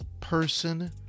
person